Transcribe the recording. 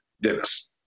Dennis